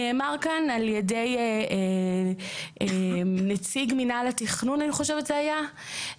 נאמר כאן על ידי נציג מינהל התכנון אני חושבת זה היה,